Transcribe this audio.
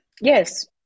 Yes